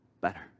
better